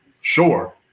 Sure